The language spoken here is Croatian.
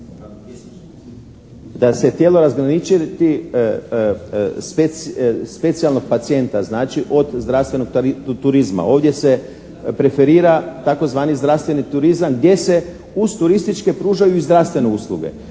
da se tijelo razgraničiti specijalnog pacijenta, znači od zdravstvenog turizma. Ovdje se preferira tzv. zdravstveni turizam gdje se uz turističke pružaju i zdravstvene usluge